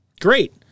Great